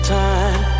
time